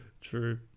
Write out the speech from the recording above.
True